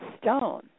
stone